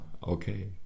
Okay